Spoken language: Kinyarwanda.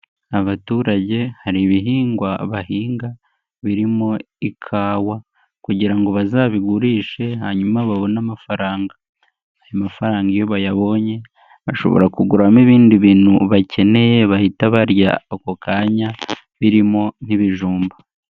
Abaturage hari ibihingwa bahinga birimo ikawa, kugira ngo bazabigurishe hanyuma babone amafaranga. Ayo mafaranga iyo bayabonye ashobora kuguramo ibindi bintu bakeneye bahita barya ako kanya, birimo nk'ibijumba.